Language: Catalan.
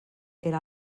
era